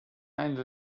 eine